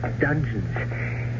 dungeons